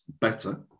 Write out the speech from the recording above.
better